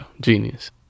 Genius